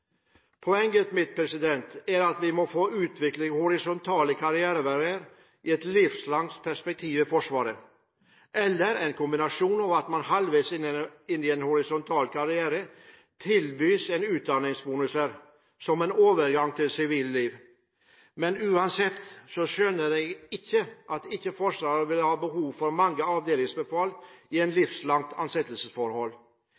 Poenget mitt er at vi må få utviklet en horisontal karriere i et livslangt perspektiv i Forsvaret, eller i en kombinasjon med at man halvveis i en horisontal karriere tilbys utdanningsbonuser som en overgang til det sivile liv. Men uansett skjønner jeg ikke at ikke Forsvaret vil ha behov for mange avdelingsbefal i